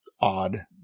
odd